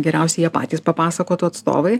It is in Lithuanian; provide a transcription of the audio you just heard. geriausiai jie patys papasakotų atstovai